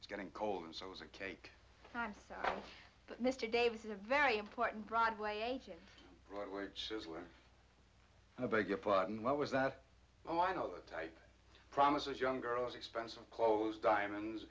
it's getting cold and so i was a cake but mr davis is a very important broadway agent forwards is where i beg your pardon what was that oh i know the type promises young girls expensive clothes diamonds